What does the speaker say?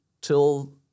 till